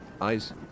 Eyes